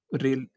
real